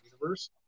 Universe